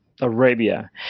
Arabia